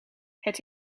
het